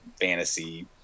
fantasy